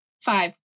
Five